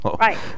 Right